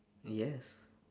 yes